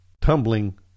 tumbling